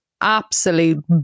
absolute